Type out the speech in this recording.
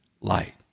light